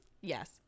Yes